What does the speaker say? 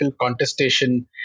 contestation